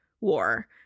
War